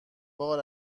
بار